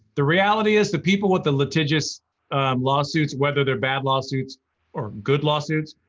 the reality is, the people with the litigious lawsuits, whether they're bad lawsuits or good lawsuits,